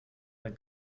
dann